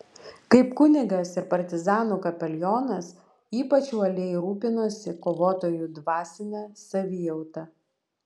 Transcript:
kaip kunigas ir partizanų kapelionas ypač uoliai rūpinosi kovotojų dvasine savijauta